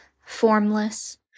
formless